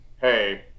hey